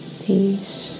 peace